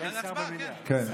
כן.